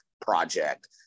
project